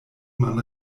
man